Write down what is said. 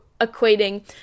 equating